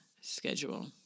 schedule